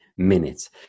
minutes